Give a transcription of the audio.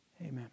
Amen